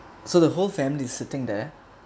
so the whole family's sitting there